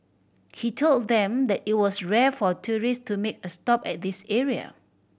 he told them that it was rare for tourist to make a stop at this area